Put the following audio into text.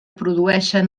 produeixen